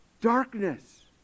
darkness